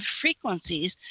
frequencies